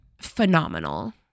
phenomenal